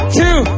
two